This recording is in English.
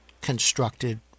constructed